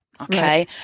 okay